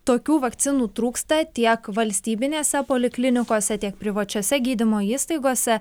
tokių vakcinų trūksta tiek valstybinėse poliklinikose tiek privačiose gydymo įstaigose